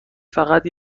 فقط